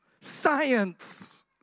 science